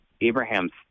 Abraham's